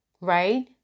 right